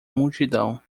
multidão